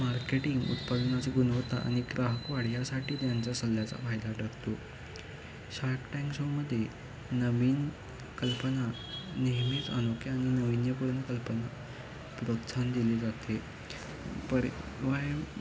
marketing उत्पादनाची गुणवत्ता आणि ग्राहक वाढ यासाठी त्यांचा सल्ल्याचा फायदा टाकतो शार्क टँक शोमध्ये नवीन कल्पना नेहमीच अनोख्या आणि नवीन्यपूर्न कल्पना प्रोत्साहन दिले जाते परि वायम